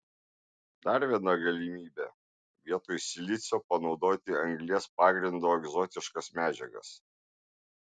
dar viena galimybė vietoj silicio panaudoti anglies pagrindo egzotiškas medžiagas